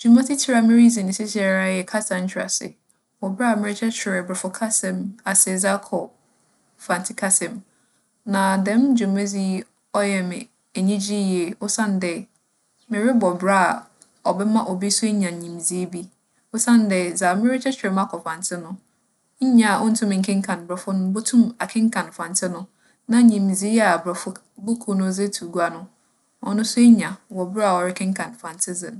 Dwuma tsitsir a miridzi no seseiara yɛ kasa nkyerɛasee, wͻ ber a merekyerɛkyerɛ Borͻfo kasa mu ase dze akͻ Mfantse kasa mu. Na dɛm dwumadzi yi, ͻyɛ me enyigye yie osiandɛ morobͻ bra a ͻbɛma obi so enya nyimdzee bi. Osiandɛ dza merekyerɛkyerɛ mu akͻ Mfantse no, nyia onntum nnkenkan Borͻfo no botum akenkan Mfantse no, na nyimdzee a Borͻfo k - buukuu no dze to gua no, ͻno so enya wͻ ber a ͻrekenkan Mfantse dze no.